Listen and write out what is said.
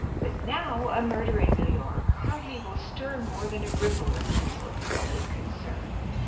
but now a murder in new york hardly will stir more than a rirole or two of public concern.